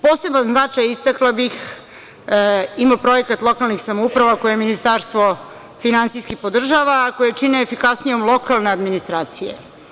Poseban značaj, istakla bih, ima projekat lokalnih samouprava koje Ministarstvo finansijski podržava, a koje čine efikasnijom lokalne administracije.